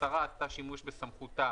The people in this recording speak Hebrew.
השרה עשתה שימוש בסמכותה,